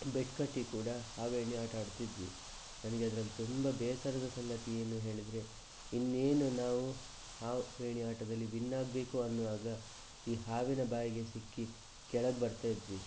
bait ಕಟ್ಟಿ ಕೂಡ ಹಾವು ಏಣಿ ಆಟ ಆಡ್ತಿದ್ವಿ ನನಗೆ ಅದರಲ್ಲಿ ತುಂಬ ಬೇಸರದ ಸಂಗತಿ ಏನು ಹೇಳಿದರೆ ಇನ್ನೇನು ನಾವು ಹಾವು ಏಣಿ ಆಟದಲ್ಲಿ ವಿನ್ ಆಗಬೇಕು ಅನ್ನುವಾಗ ಈ ಹಾವಿನ ಬಾಯಿಗೆ ಸಿಕ್ಕಿ ಕೆಳಗೆ ಬರ್ತಾ ಇದ್ವಿ